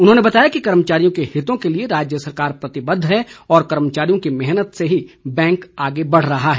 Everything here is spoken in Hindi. उन्होंने बताया कि कर्मचारियों के हितों के लिए राज्य सरकार प्रतिबद्ध है और कर्मचारियों की मेहनत से ही बैंक आगे बढ़ रहा है